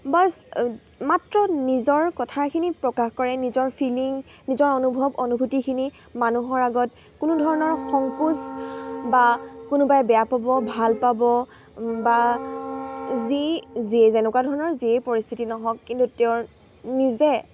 বছ মাত্ৰ নিজৰ কথাখিনি প্ৰকাশ কৰে নিজৰ ফিলিং নিজৰ অনুভৱ অনুভূতিখিনি মানুহৰ আগত কোনো ধৰণৰ সংকোচ বা কোনোবাই বেয়া পাব ভাল পাব বা যি যিয়ে যেনেকুৱা ধৰণৰ যিয়েই পৰিস্থিতি নহওক কিন্তু তেওঁৰ নিজে